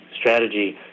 strategy